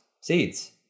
Seeds